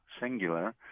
singular